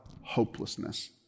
hopelessness